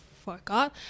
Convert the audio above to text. forgot